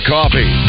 Coffee